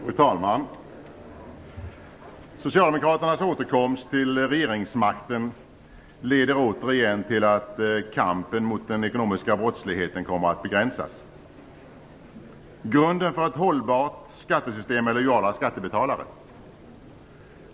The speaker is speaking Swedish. Fru talman! Socialdemokraternas återkomst till regeringsmakten leder återigen till att kampen mot den ekonomiska brottsligheten begränsas. Grunden för ett hållbart skattesystem är lojala skattebetalare.